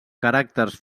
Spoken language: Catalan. caràcters